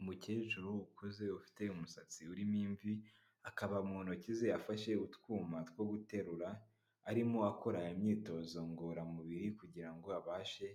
Umukecuru ukuze ufite umusatsi urimo imvi, akaba mu ntoki ze afashe utwuma two guterura, arimo akora imyitozo ngororamubiri kugira ngo abashe